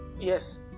Yes